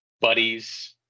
buddies